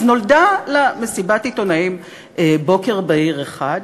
אז נולדה לה מסיבת עיתונאים בוקר בהיר אחד,